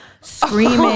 screaming